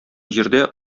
җирдә